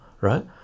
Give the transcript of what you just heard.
right